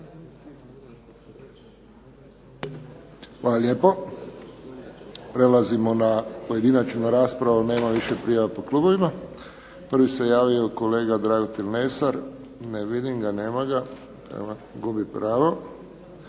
Hvala lijepo. Prelazimo na pojedinačnu raspravu, nema više prijava po klubovima. Prvi se javio kolega Dragutin Lesar. Ne vidim ga, nema ga. Gubi pravo.